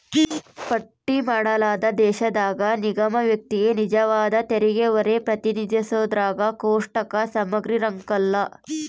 ಪಟ್ಟಿ ಮಾಡಲಾದ ದೇಶದಾಗ ನಿಗಮ ವ್ಯಕ್ತಿಗೆ ನಿಜವಾದ ತೆರಿಗೆಹೊರೆ ಪ್ರತಿನಿಧಿಸೋದ್ರಾಗ ಕೋಷ್ಟಕ ಸಮಗ್ರಿರಂಕಲ್ಲ